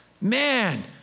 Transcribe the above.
Man